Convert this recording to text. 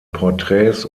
porträts